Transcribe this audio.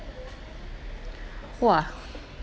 !wah!